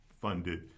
funded